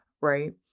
right